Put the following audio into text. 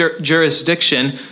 jurisdiction